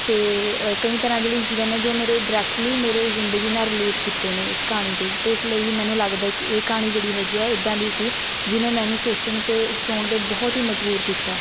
ਅਤੇ ਅ ਕਈ ਤਰ੍ਹਾਂ ਜਿਹੜੇ ਇੰਸੀਡੈਂਟ ਨੇ ਜੋ ਮੇਰੇ ਡਰੈਕਟਲੀ ਮੇਰੇ ਜ਼ਿੰਦਗੀ ਨਾਲ ਰਿਲੇਟ ਕੀਤੇ ਨੇ ਇਸ ਕਹਾਣੀ ਦੇ ਅਤੇ ਇਸ ਲਈ ਮੈਨੂੰ ਲੱਗਦਾ ਕਿ ਇਹ ਕਹਾਣੀ ਜਿਹੜੀ ਹੈਗੀ ਹੈ ਇੱਦਾਂ ਦੀ ਸੀ ਜਿਹਨੇ ਮੈਨੂੰ ਸੋਚਣ 'ਤੇ ਉਕਸਾਉਣ 'ਤੇ ਬਹੁਤ ਹੀ ਮਜਬੂਰ ਕੀਤਾ